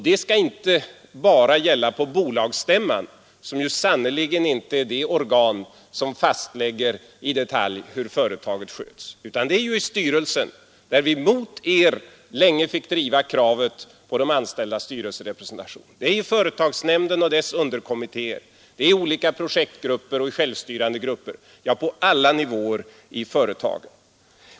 Det skall inte bara gälla på bolagsstämman, som sannerligen inte är det organ som i detalj fastlägger hur företaget sköts, utan det är i styrelsen, där vi mot socialdemokraterna länge fick driva kravet på de anställdas styrelserepresentation, det är i olika projektgrupper och i självstyrande grupper, ja, på alla nivåer i företaget.